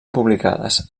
publicades